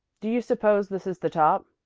do you suppose this is the top?